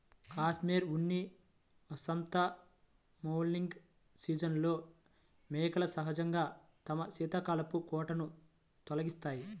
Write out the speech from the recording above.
cashmere ఉన్ని వసంత moulting సీజన్లో మేకలు సహజంగా తమ శీతాకాలపు కోటును తొలగిస్తాయి